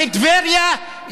בטבריה,